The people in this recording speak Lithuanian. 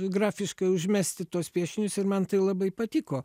grafiškai užmesti tuos piešinius ir man tai labai patiko